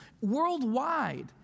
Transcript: Worldwide